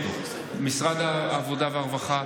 משרד העבודה והרווחה,